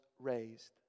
raised